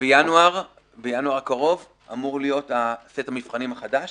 בינואר הקרוב אמור להיות סט המבחנים החדש